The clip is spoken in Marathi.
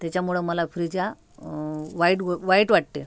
त्याच्यामुळे मला फ्रीज हा वाईट व वाईट वाटते